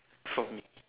for me